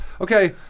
okay